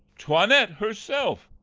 toinette herself,